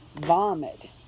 vomit